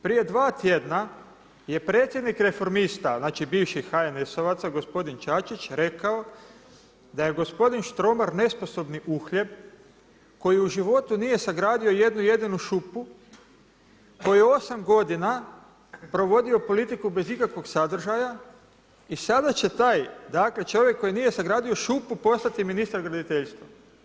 Prije dva tjedna je predsjednik Reformista, znači bivših HNS-ovaca, gospodin Čačić rekao da je gospodin Štromar nesposobni uhljeb, koji u životu nije sagradio jednu jedinu šupu, koji u 8 godina provodio politiku bez ikakvog sadržaja i sada će taj, dakle čovjek koji nije sagradio šupu postati Ministarstvo graditeljstva.